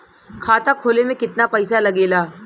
खाता खोले में कितना पईसा लगेला?